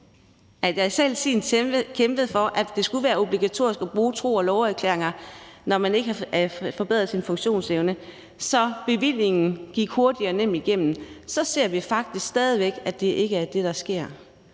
kæmpede for, at det skulle være obligatorisk at bruge tro og love-erklæringer, når man ikke havde forbedret sin funktionsevne, så bevillingen gik hurtigt og nemt igennem, så ser vi faktisk stadig væk, at det ikke er det, der sker